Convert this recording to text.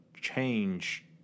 change